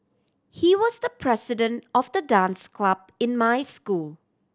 he was the president of the dance club in my school